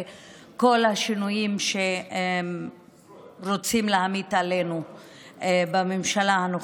כל השינויים שרוצים להמיט עלינו בממשלה הנוכחית.